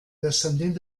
descendent